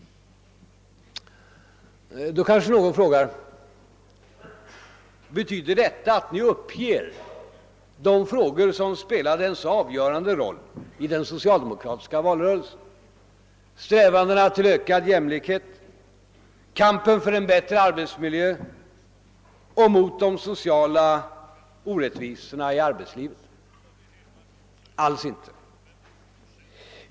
Då kanske någon frågar: Betyder detta att vi uppger de frågor som spelade en så avgörande roll i den socialdemokratiska valrörelsen: strävandena tilF ökad jämlikhet, kampen för en bättre arbetsmiljö och kampen mot de sociala orättvisorna i arbetslivet? Alls inte!